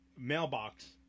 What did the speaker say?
mailbox